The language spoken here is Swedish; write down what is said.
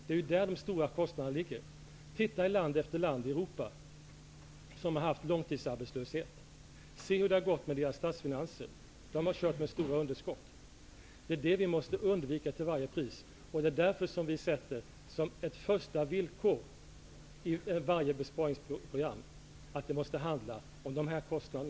Här finns de stora kostnaderna. Man kan studera land efter land i Europa som har haft långtidsarbetslöshet och se hur det har gått med deras statsfinanser. De har kört med stora underskott. Detta måste vi undvika till varje pris, och därför ställer vi som ett första villkor i alla besparingsprogram att det måste handla om dessa kostnader.